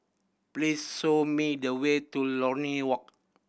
please show me the way to Lornie Walk